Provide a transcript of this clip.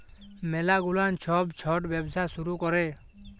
ম্যালা গুলান ছব ছট ব্যবসা শুরু ক্যরে